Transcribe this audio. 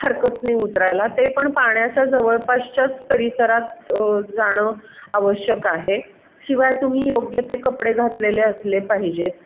हरकत नाही उतरायला ते पण पाण्याच्या जवळपासच्याच परिसरात जाणं आवश्यक आहे शिवाय तुम्ही योग्य ते कपडे घातलेले असले पाहिजेत